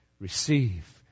receive